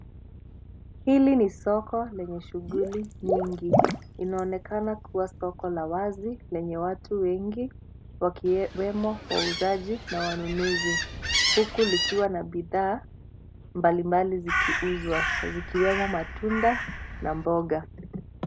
Hili ni soko lenye shughuli nyingi unaonekana kuwa soko la wazi lenye watu wengi wakiwemo Wauzaji na wanunuzi huku likiwa na bidhaa mbalimbali zikiuzwa zikiwemo matunda na mboga